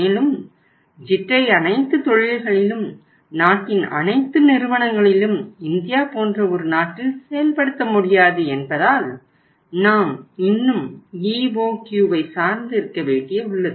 மேலும் JIT ஐ அனைத்து தொழில்களிலும் நாட்டின் அனைத்து நிறுவனங்களிலும் இந்தியா போன்ற ஒரு நாட்டில் செயல்படுத்த முடியாது என்பதால் நாம் இன்னும் EOQ ஐ சார்ந்து இருக்க வேண்டியுள்ளது